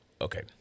Okay